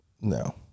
No